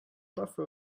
buffer